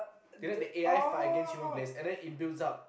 they let the A_I fight against human players and then it builds up